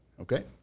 okay